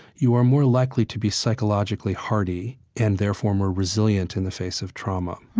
you are more likely to be psychologically hardy and therefore more resilient in the face of trauma.